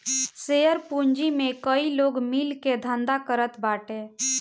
share पूंजी में कई लोग मिल के धंधा करत बाटे